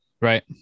Right